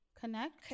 connect